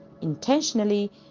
intentionally